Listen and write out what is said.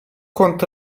cont